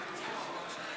בחודש.